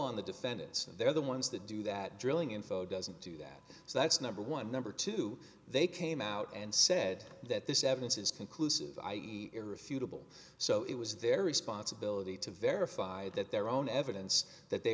on the defendants and they're the ones that do that drilling info doesn't do that so that's number one number two they came out and said that this evidence is conclusive i e irrefutable so it was their responsibility to verify that their own evidence that they